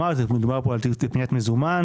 שמדובר כאן על תקציב מזומן